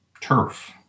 turf